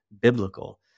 biblical